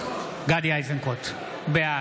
(קורא בשמות חברי הכנסת) גדי איזנקוט, בעד